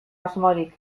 asmorik